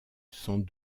sans